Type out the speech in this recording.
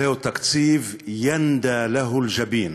זהו תקציב (אומר בערבית: